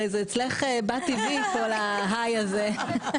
הרי זה אצלך בא טבעי כל ההיי הזה.